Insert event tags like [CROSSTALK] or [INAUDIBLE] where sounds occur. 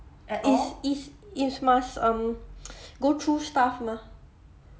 it's it's it's must um [NOISE] go through stuff mah